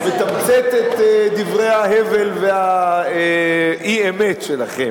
אני מתמצת את דברי ההבל והאי-אמת שלכם.